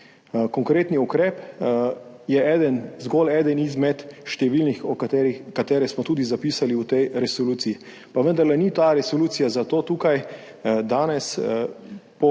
Konkretni ukrep je eden, zgolj eden izmed številnih, ki smo jih tudi zapisali v tej resoluciji. Vendarle ni ta resolucija zato tukaj danes,